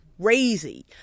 crazy